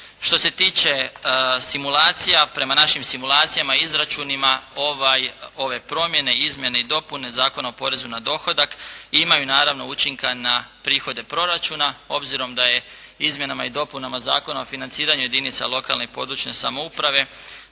Što se tiče simulacija, prema našim simulacijama i izračunima ove promjene i izmjene i dopune Zakona o porezu na dohodak imaju naravno učinka na prihode proračuna, obzirom da je izmjenama i dopunama Zakona o financiranju jedinica lokalne i područne samouprave